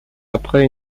après